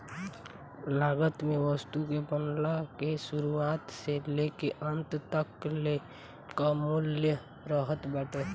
लागत में वस्तु के बनला के शुरुआत से लेके अंत तकले कअ मूल्य रहत बाटे